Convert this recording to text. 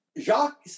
Jacques